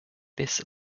this